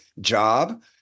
job